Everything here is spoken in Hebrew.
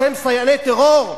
שהם סייעני טרור,